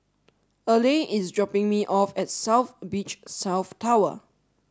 Erle is dropping me off at South Beach South Tower